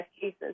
cases